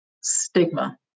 stigma